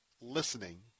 listening